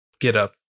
getup